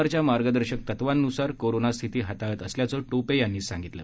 आरच्या मार्गदर्शक तत्वान्सार कोरोनास्थिती हाताळत असल्याचं टोपे यांनी सांगितलं